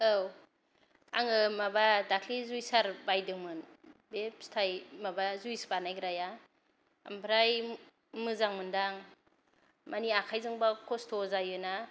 औ आङो माबा दाख्लि जुइसार बायदोंमोन बे फिथाय माबा जुइस बानायग्राया ओमफ्राय मोजां मोनदां मानि आखायजोंबा खस्थ' जायो ना